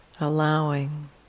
allowing